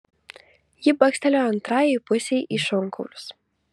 ji bakstelėjo antrajai pusei į šonkaulius